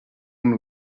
amb